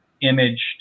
image